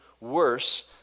worse